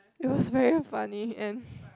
it was very funny and